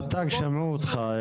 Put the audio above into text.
רט"ג שמעו אותך.